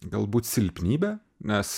galbūt silpnybę nes